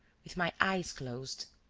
with my eyes closed.